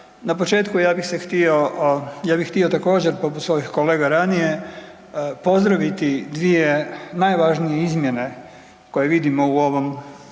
se htio, ja bi htio također poput svojih kolega ranije pozdraviti dvije najvažnije izmjene koje vidimo u ovom,